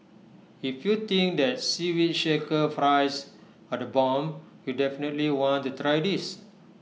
if you think that Seaweed Shaker fries are the bomb you'll definitely want to try this